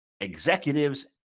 executives